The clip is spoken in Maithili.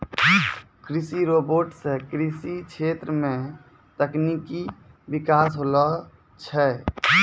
कृषि रोबोट सें कृषि क्षेत्र मे तकनीकी बिकास होलो छै